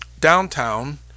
downtown